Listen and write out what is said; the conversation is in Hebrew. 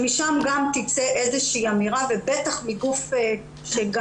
שמשם גם תצא איזו שהיא אמירה ובטח מגוף שגם